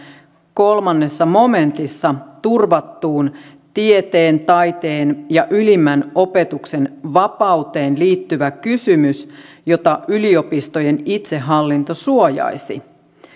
kolmannessa momentissa turvattuun tieteen taiteen ja ylimmän opetuksen vapauteen liittyvä kysymys jota yliopistojen itsehallinto suojaisi